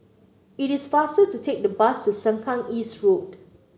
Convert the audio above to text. it is faster to take the bus to Sengkang East Road